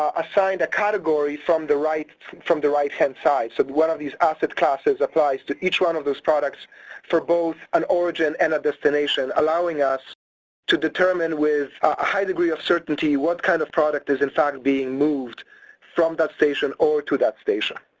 ah assigned a category from the right from the right-hand side, so that one of these asset classes applies to each one of those products for both an origin and a destination, allowing us to determine with a high degree of certainty what kind of product is in fact being moved from that station or to that station.